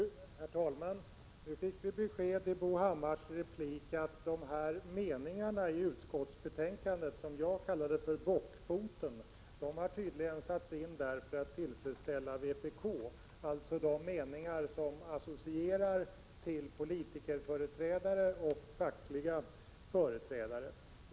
Herr talman! Vi fick i Bo Hammars replik besked om att de meningar i utskottets betänkande som jag kallade för bockfoten tydligen har satts in där för att tillfredsställa vpk. Det gäller alltså de meningar som associerar till politikerföreträdare och fackliga företrädare.